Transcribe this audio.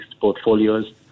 portfolios